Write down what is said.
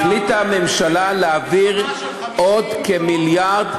החליטה הממשלה להעביר עוד כמיליארד,